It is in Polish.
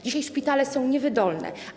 Dzisiaj szpitale są niewydolne.